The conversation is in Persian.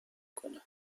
کنه